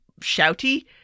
shouty